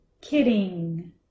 kidding